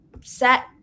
set